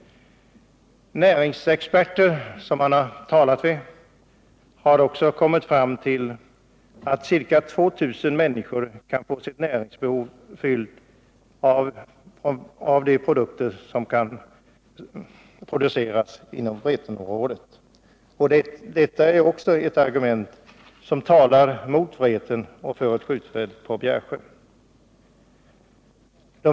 Näringslivsexperter som man talat med har kommit fram till att ca 2000 människor kan få sitt näringsbehov tillgodosett genom de produkter som kan produceras inom Vretenområdet. Detta är också ett argument som talar mot Vreten och för ett skjutfält på Bjärsjöområdet.